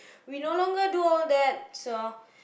we no longer do all that so